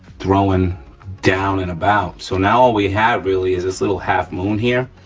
throwing down and about. so now all we have really is this little half-moon here